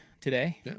today